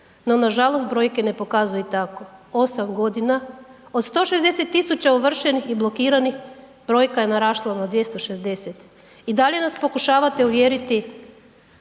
No, nažalost brojke ne pokazuju tako. Osam godina od 160 000 ovršenih i blokiranih brojka je narasla na 260. I dalje nas pokušavate uvjeriti